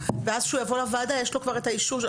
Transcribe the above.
כשהוא יבוא לוועדה, כבר יש לו את האישור.